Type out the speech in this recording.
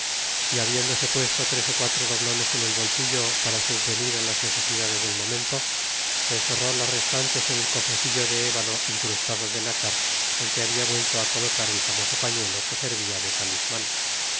y habiéndose puesto tres ó cuatro doblones en el bolsillo para subvenir á las necesidades del momento encerró las restantes en el cofrecillo de ébano incrustado de nácar en que habia vuelto ya á colocar el famoso pañuelo que servia de talisman